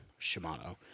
Shimano